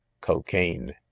cocaine